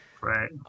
Right